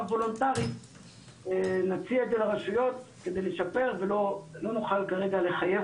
וולונטרית נציע את זה לרשויות כדי לשפר ולא נוכל כרגע לחייב